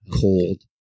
cold